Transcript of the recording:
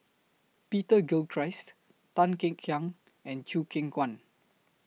Peter Gilchrist Tan Kek Hiang and Chew Kheng Chuan